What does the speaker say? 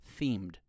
themed